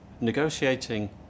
Negotiating